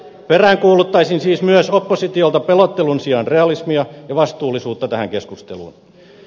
peräänkuuluttaisin siis myös oppositiolta pelottelun sijaan realismia ja vastuullisuutta tähän keskusteluun